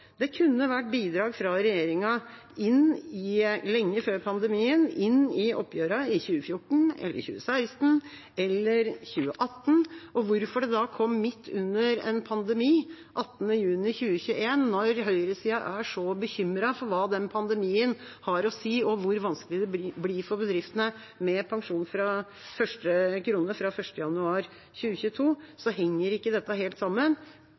Det kunne vært et bidrag fra regjeringa, lenge før pandemien, inn i oppgjørene i 2014, 2016 eller 2018. Hvorfor kom det da midt under en pandemi, 18. juni 2021, når høyresida er så bekymret for hva den pandemien har å si, og hvor vanskelig det blir for bedriftene med pensjon fra første krone fra 1. januar 2022? Dette henger ikke helt sammen